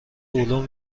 علوم